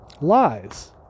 Lies